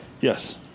Yes